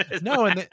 No